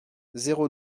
zéro